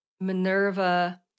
Minerva